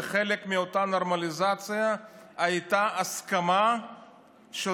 וחלק מאותה נורמליזציה הייתה הסכמה של